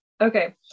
okay